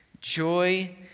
Joy